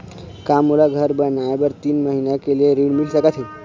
का मोला घर बनाए बर तीन महीना के लिए ऋण मिल सकत हे?